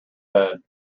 bed